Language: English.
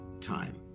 time